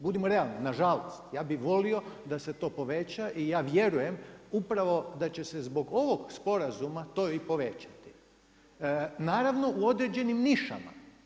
Budimo realni, na žalost ja bih volio da se to poveća i ja vjerujem upravo da će se zbog ovog sporazuma to i povećati naravno u određenim nišama.